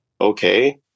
okay